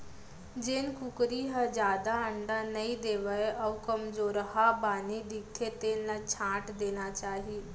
जेन कुकरी ह जादा अंडा नइ देवय अउ कमजोरहा बानी दिखथे तेन ल छांट देना चाही